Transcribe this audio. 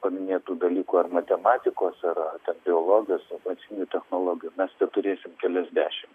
paminėtų dalykų ar matematikos ar ar biologijos tų pačių technologijų mes teturėsim keliasdešimt